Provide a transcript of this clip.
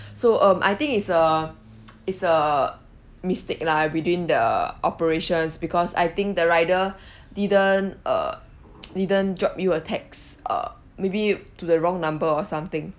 so um I think it's a it's a mistake lah within the operations because I think the rider didn't uh didn't drop you a text uh maybe to the wrong number or something